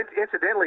incidentally